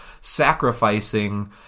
sacrificing